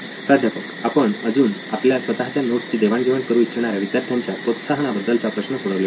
प्राध्यापक आपण अजून आपल्या स्वतःच्या नोट्सची देवाण घेवाण करु इच्छिणाऱ्या विद्यार्थ्यांच्या प्रोत्साहनाबद्दलचा प्रश्न सोडवलेला नाही